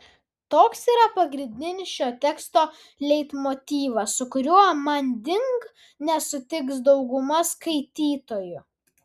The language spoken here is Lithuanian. toks yra pagrindinis šio teksto leitmotyvas su kuriuo manding nesutiks dauguma skaitytojų